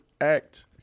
act